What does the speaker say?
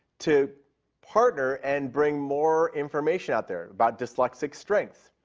to partner and bring more information out there about dyslexic strengths,